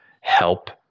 help